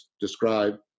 describe